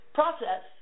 process